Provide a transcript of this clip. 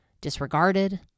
disregarded